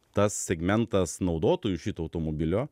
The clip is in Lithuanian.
tas segmentas naudotojų šito automobilio